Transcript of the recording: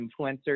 influencers